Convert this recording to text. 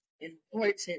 important